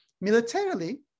militarily